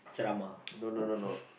ceramah